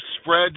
spread